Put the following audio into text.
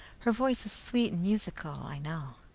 her voice is sweet and musical, i know.